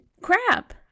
crap